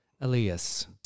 Elias